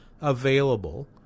available